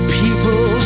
people